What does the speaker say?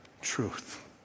truth